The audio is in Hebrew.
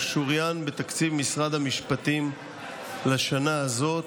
הוא שוריין בתקציב משרד המשפטים לשנה הזאת,